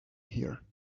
here